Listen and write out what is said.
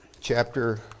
chapter